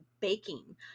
Baking